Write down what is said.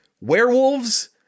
Werewolves